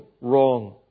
wrong